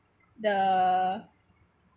the